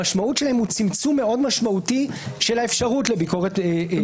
המשמעות שלהם היא צמצום מאוד משמעותי של האפשרות לביקורת שיפוטית.